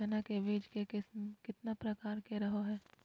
चना के बीज के किस्म कितना प्रकार के रहो हय?